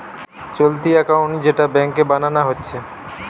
চলতি একাউন্ট যেটা ব্যাংকে বানানা হচ্ছে